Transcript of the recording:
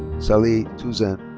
salih tuzen.